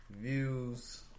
Views